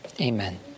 Amen